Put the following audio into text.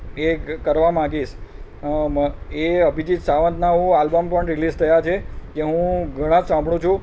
એ કરવાં માંગીશ એ અભિજીત સાવંતના હું આલ્બમ પણ રિલીસ થયાં છે એ હું ઘણાં જ સાંભળું છું